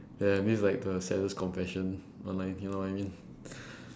yeah this's like the saddest confession but like you know what I mean